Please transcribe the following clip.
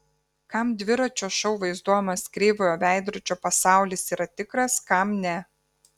kam dviračio šou vaizduojamas kreivojo veidrodžio pasaulis yra tikras kam ne